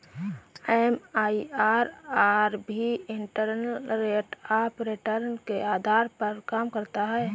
MIRR भी internal rate of return के आधार पर काम करता है